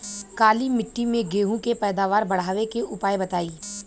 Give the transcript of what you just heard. काली मिट्टी में गेहूँ के पैदावार बढ़ावे के उपाय बताई?